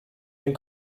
den